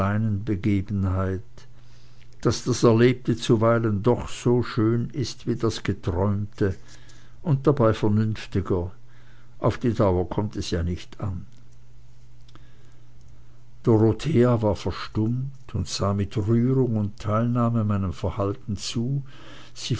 begebenheit daß das erlebte zuweilen doch so schön ist wie das geträumte und dabei vernünftiger und auf die dauer kommt es ja nicht an dorothea war verstummt und sah mit rührung und teilnahme meinem verhalten zu